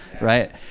right